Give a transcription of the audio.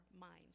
minds